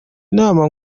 inama